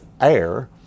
air